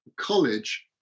college